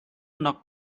knock